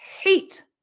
hate